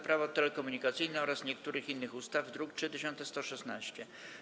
Prawo telekomunikacyjne oraz niektórych innych ustaw, druk nr 3116.